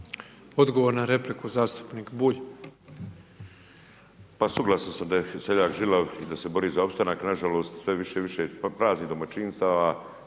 Odgovor na repliku, zastupnik Mikulić.